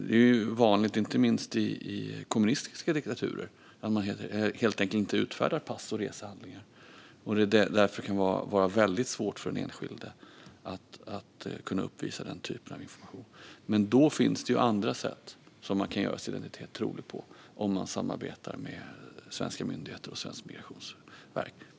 Det är vanligt inte minst i kommunistiska diktaturer att man helt enkelt inte utfärdar pass och resehandlingar, och då kan det vara väldigt svårt för den enskilde att uppvisa denna typ av information. Men då finns det andra sätt man kan göra sin identitet trolig på om man samarbetar med svenska myndigheter och svenskt migrationsverk.